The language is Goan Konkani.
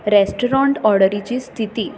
रेस्टरोंट ऑर्डरीची स्थिती